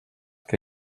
que